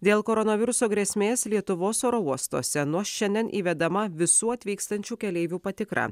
dėl koronaviruso grėsmės lietuvos oro uostuose nuo šiandien įvedama visų atvykstančių keleivių patikra